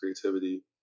creativity